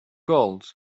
gold